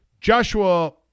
Joshua